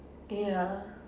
ya